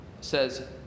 says